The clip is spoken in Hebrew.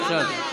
בבקשה.